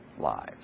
lives